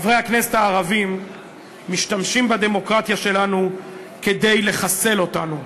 חברי הכנסת הערבים משתמשים בדמוקרטיה שלנו כדי לחסל אותנו.